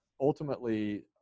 ultimately